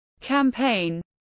campaign